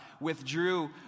withdrew